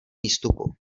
výstupu